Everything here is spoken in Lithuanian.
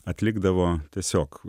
atlikdavo tiesiog